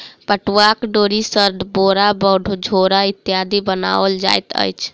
पटुआक डोरी सॅ बोरा झोरा इत्यादि बनाओल जाइत अछि